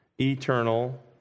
eternal